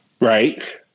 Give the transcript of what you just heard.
Right